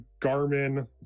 Garmin